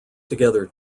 together